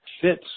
fits